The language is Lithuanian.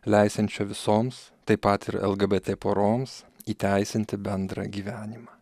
leisiančio visoms taip pat ir lgbt poroms įteisinti bendrą gyvenimą